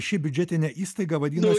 ši biudžetinė įstaiga vadinasi